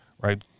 Right